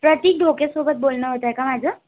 प्रतिक ढोकेसोबत बोलणं होतं आहे का माझं